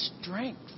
strength